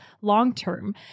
long-term